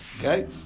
okay